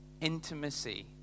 intimacy